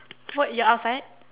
what you're outside